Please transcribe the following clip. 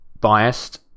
biased